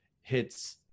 hits